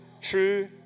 True